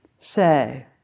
say